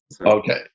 okay